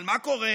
אבל מה קורה,